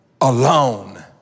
alone